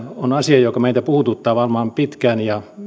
on asia joka meitä puhututtaa varmaan pitkään